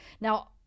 now